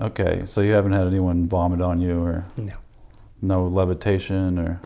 okay, so you haven't had anyone vomit on you or you know levitation or?